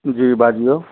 जी बाजियौ